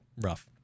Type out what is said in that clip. rough